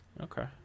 Okay